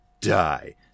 die